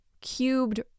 cubed